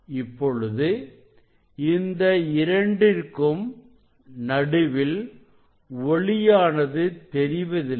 இப்பொழுது இந்த இரண்டிற்கும் நடுவில் ஒளியானது தெரிவதில்லை